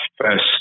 first